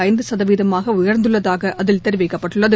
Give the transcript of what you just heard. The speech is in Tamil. ஐந்து சதவீதமாக உயர்ந்துள்ளதாக அதில் தெரிவிக்கப்பட்டுள்ளது